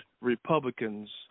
Republicans